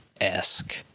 esque